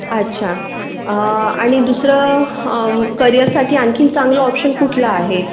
अच्छा आणि दुसरं करिअरसाठी आणखीन चांगलं ऑप्शन कुठलं आहे